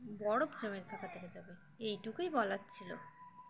বরফ জমে থাকা থেকো যাবে এইটুকুই বলার ছিল